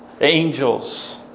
Angels